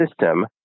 system